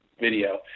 video